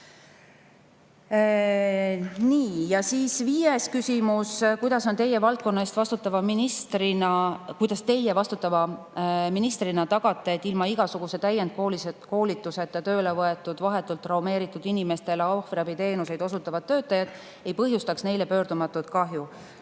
Nii. Ja siis viies küsimus: "Kuidas Teie valdkonna eest vastutava ministrina tagate, et ilma igasuguse täiendkoolituseta tööle võetud vahetult traumeeritud inimestele ohvriabiteenuseid osutavad töötajad ei põhjustaks neile pöördumatut kahju?"